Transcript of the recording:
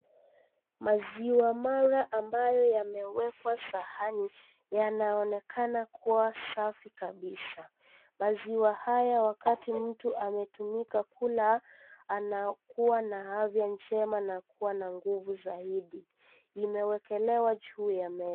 Maziwa mala ambayo yamewekwa sahani, yanaonekana kuwa safi kabisa . Maziwa haya wakati mtu ame kula anakuwa na afya njema na nguvu zaidi. Imeekelewa juu ya meza.